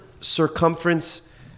circumference